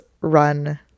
run